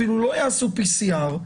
אפילו לא יעשו בדיקת PCR,